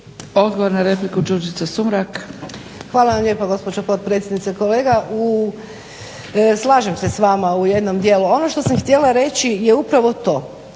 **Sumrak, Đurđica (HDZ)** Hvala vam lijepa gospođo potpredsjednice. Kolega slažem se s vama u jednom dijelu. Ono što sam htjela reći je upravo to,